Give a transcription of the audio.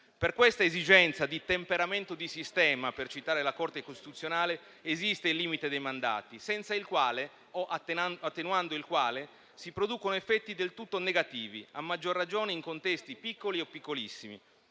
Per questa esigenza di temperamento di sistema, per citare la Corte costituzionale, esiste il limite dei mandati, senza il quale o attenuando il quale si producono effetti del tutto negativi, a maggior ragione in contesti piccoli o piccolissimi: